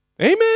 Amen